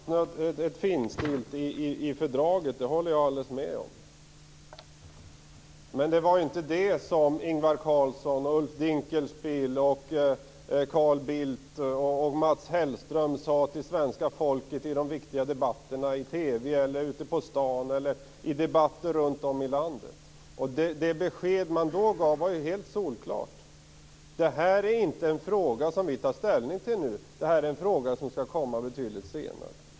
Herr talman! Jag håller helt med om att det finns finstilt i fördraget, men det var inte det som Ingvar Carlsson, Ulf Dinkelspiel, Carl Bildt och Mats Hellström sade till svenska folket i de viktiga debatterna i TV, ute på stan eller runt om i landet. Det besked som man då gav var helt solklart: Det här är en fråga som vi inte tar ställning till nu, utan det är en fråga som skall komma upp betydligt senare.